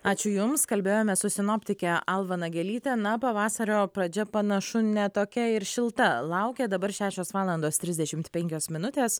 ačiū jums kalbėjome su sinoptike alva nagelyte na o pavasario pradžia panašu ne tokia ir šilta laukia dabar šešios valandos trisdešimt penkios minutės